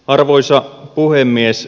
arvoisa puhemies